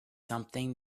something